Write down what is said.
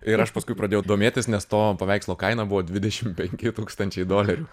ir aš paskui pradėjau domėtis nes to paveikslo kaina buvo dvidešim penki tūkstančiai dolerių